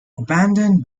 abandoned